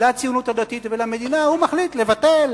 לציונות הדתית ולמדינה, הוא מחליט לבטל